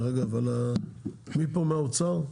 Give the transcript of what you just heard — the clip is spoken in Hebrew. מי פה מהאוצר?